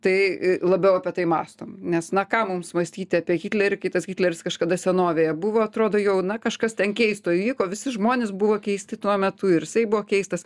tai labiau apie tai mąstom nes na kam mums mąstyti apie hitlerį kai tas hitleris kažkada senovėje buvo atrodo jau na kažkas ten keisto įvyko visi žmonės buvo keisti tuo metu ir jisai buvo keistas